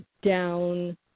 Down